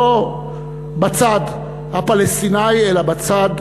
לא בצד הפלסטיני אלא בצד